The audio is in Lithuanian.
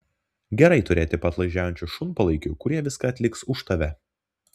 gerai turėti padlaižiaujančių šunpalaikių kurie viską atliks už tave